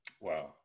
wow